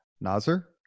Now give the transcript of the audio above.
Nazir